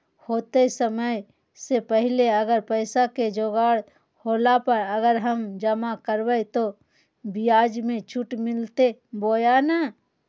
होतय समय से पहले अगर पैसा के जोगाड़ होला पर, अगर हम जमा करबय तो, ब्याज मे छुट मिलते बोया नय?